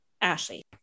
ashley